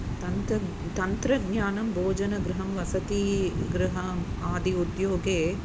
तन्त् तन्त्रज्ञानं भोजनगृहं वसतिगृहम् आदि उद्योगे